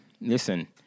Listen